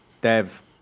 Dev